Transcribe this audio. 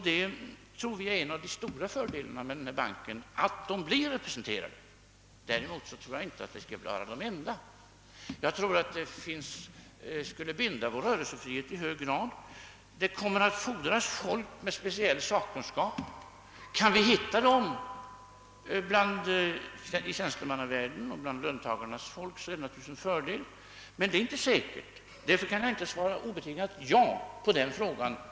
Det tror vi är en av de stora fördelarna med denna bank. Däremot tror jag inte att de skall vara de enda styrelsemedlemmarna. Jag tror att det skulle binda vår rörelsefrihet i hög grad. Det kommer att fordras folk med speciell sakkunskap. Kan vi finna dem i tjänstemannavärlden eller bland löntagarna är det naturligtvis en fördel, men det är inte säkert att detta lyckas. Därför kan jag inte svara obetingat ja på denna fråga.